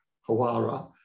Hawara